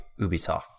Ubisoft